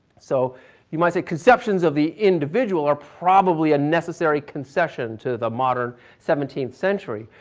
so you might say conceptions of the individual are probably a necessary conception to the modern seventeenth century,